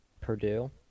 Purdue